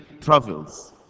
travels